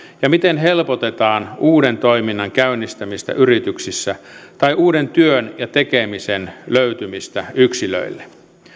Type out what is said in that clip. ja miten helpotetaan uuden toiminnan käynnistämistä yrityksissä tai uuden työn ja tekemisen löytymistä yksilöille